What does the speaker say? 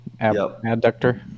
adductor